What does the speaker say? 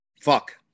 fuck